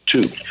two